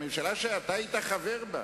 הממשלה שאתה היית חבר בה,